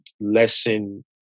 lesson